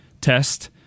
test